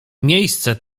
miejsce